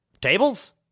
Tables